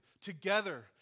together